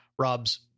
Rob's